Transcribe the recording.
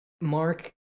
Mark